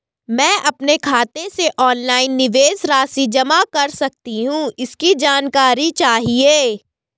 मैं अपने खाते से ऑनलाइन निवेश राशि जमा कर सकती हूँ इसकी जानकारी चाहिए?